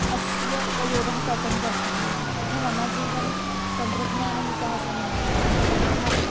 अस्य उपयोगः कथं कर्तव्यम् इति तथा मम जीवने तन्त्रज्ञानविकासेन यथा